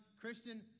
Christian